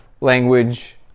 language